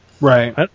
Right